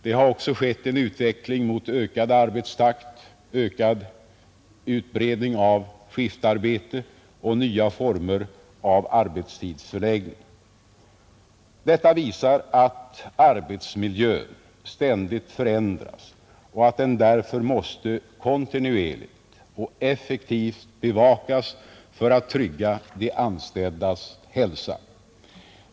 Det har också skett en utveckling mot ökad arbetstakt, ökad utbredning av skiftarbete och nya former av arbetstidsförläggning. Detta visar att arbetsmiljön ständigt förändras och att den därför måste kontinuerligt och effektivt bevakas för att trygga de anställdas hälsa.